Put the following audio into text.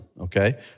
okay